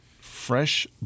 fresh